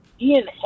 Ian